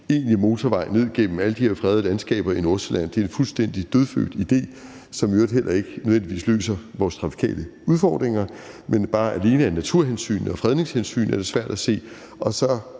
egentlig motorvej ned igennem alle de her fredede landskaber i Nordsjælland er en fuldstændig dødfødt idé – det løser i øvrigt heller ikke nødvendigvis vores trafikale udfordringer, men også bare alene af naturhensyn og fredningshensyn er det svært at se –